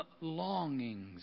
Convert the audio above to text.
longings